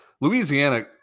Louisiana